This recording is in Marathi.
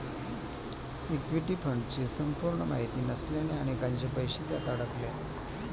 इक्विटी फंडची संपूर्ण माहिती नसल्याने अनेकांचे पैसे त्यात अडकले